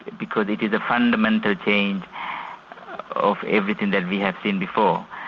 because it is a fundamental change of everything that we have seen before.